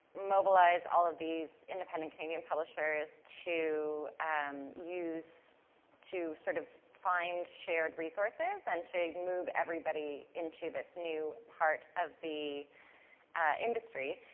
mobilise all of these independent canadian publishers to um use to, sort of, find shared resources and to move everybody into this new part of the industry.